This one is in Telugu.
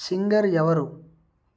సింగర్ ఎవరు